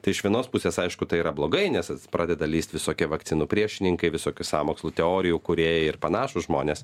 tai iš vienos pusės aišku tai yra blogai nes pradeda lįst visokie vakcinų priešininkai visokių sąmokslų teorijų kūrėjai ir panašūs žmonės